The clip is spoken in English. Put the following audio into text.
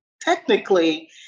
technically